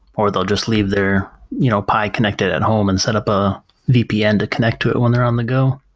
or they'll just leave their you know pi connect it at home and set up a vpn to connect to it when they're on the go